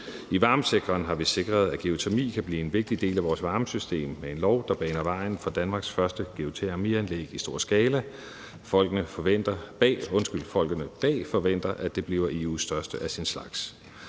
I varmesektoren har vi sikret, at geotermi kan blive en vigtig del af vores varmesystem med en lov, der baner vejen for Danmarks første geotermianlæg i stor skala. Folkene bag forventer, at det bliver EU's største af sin slags.